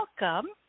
welcome